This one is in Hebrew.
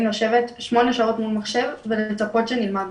לשבת שמונה שעות מול מחשב ולצפות שנלמד משהו.